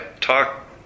talk